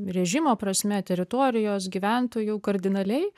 režimo prasme teritorijos gyventojų kardinaliai